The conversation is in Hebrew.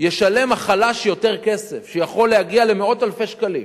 ישלם החלש יותר כסף, שיכול להגיע למאות אלפי שקלים